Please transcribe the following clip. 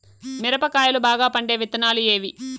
మిరప కాయలు బాగా పండే విత్తనాలు ఏవి